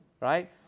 Right